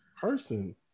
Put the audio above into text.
person